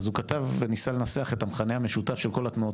אז הוא כתב וניסה לנסח את המכנה המשותף של כל התנועות